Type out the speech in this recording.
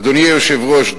אדוני היושב-ראש,